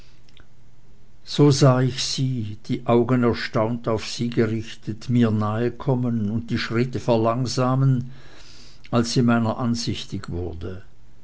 so sah ich sie die augen erstaunt auf sie gerichtet mir nahe kommen und die schritte verlangsamen als sie meiner ansichtig wurde